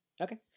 Okay